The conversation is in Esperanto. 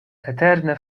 eterne